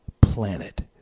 planet